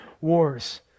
wars